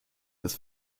des